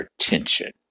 attention